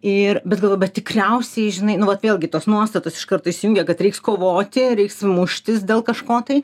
ir bet galvoju bet tikriausiai žinai nu vat vėlgi tos nuostatos iš karto įsijungia kad reiks kovoti reiks muštis dėl kažko tai